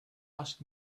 asked